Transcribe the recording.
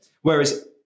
whereas